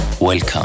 welcome